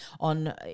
on